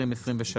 התשפ"ג-2023.